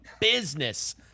business